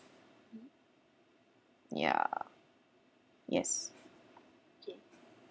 ya yes